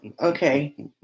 Okay